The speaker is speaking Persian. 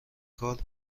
کال